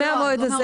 לא,